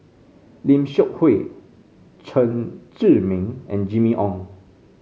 Lim Seok Hui Chen Zhiming and Jimmy Ong